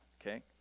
Okay